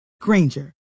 Granger